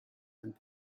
and